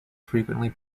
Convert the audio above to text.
frequently